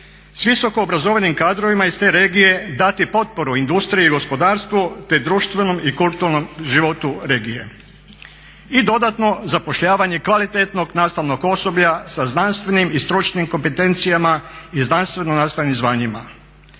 s visoko obrazovanim kadrovima iz te regije dati potporu industriji i gospodarstvu, te društvenom i kulturnom životu regije i dodatno zapošljavanje kvalitetnog nastavnog osoblja sa znanstvenim i stručnim kompetencijama i znanstveno-nastavnim zvanjima.